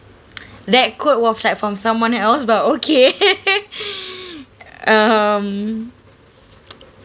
that could from someone else but okay um